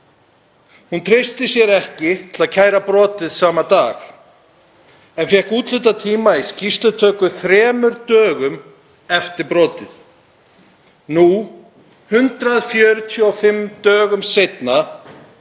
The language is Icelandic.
Hún treysti sér ekki til að kæra brotið sama dag en fékk úthlutað tíma í skýrslutöku þremur dögum eftir brotið. Nú, 145 dögum seinna,